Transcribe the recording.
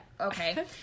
okay